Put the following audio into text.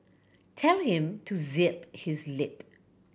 tell him to zip his lip